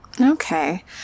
Okay